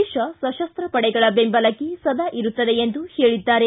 ದೇಶ ಸಶಸ್ತ್ರ ಪಡೆಗಳ ಬೆಂಬಲಕ್ಕೆ ಸದಾ ಇರುತ್ತದೆ ಎಂದು ಹೇಳಿದ್ದಾರೆ